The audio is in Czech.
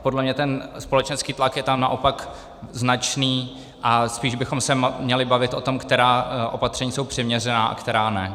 Podle mě ten společenský tlak je tam naopak značný a spíš bychom se měli bavit o tom, která opatření jsou přiměřená a která ne.